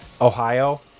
Ohio